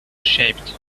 shaped